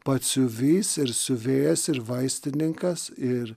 batsiuvys ir siuvėjas ir vaistininkas ir